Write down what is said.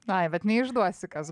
ai bet neišduosi kas